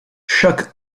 choc